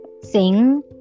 sing